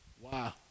wow